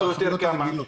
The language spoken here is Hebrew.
כמה בערך?